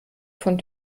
von